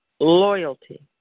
loyalty